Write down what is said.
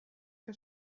que